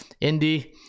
Indy